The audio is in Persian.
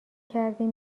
کردیم